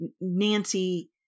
Nancy